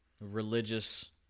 religious